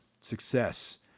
success